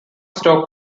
stock